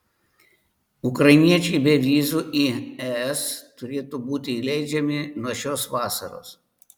ukrainiečiai be vizų į es turėtų būti įleidžiami nuo šios vasaros